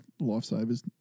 lifesavers